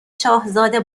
شاهزاده